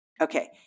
Okay